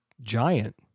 giant